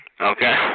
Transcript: Okay